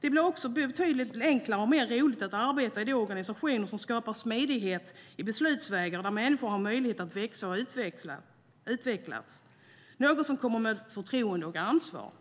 Det blir betydligt enklare och mer roligt att arbeta i de organisationer som skapar smidighet i beslutsvägar och där människor har möjlighet att växa och utvecklas, något som kommer med förtroende och ansvar.